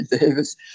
davis